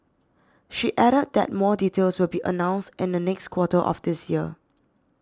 she added that more details will be announced in the next quarter of this year